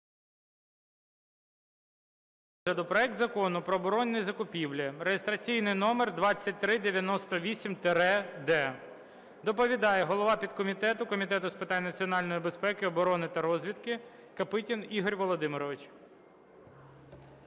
Доповідає голова підкомітету Комітету з питань національної безпеки, оборони та розвідки Копитін Ігор Володимирович.